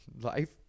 life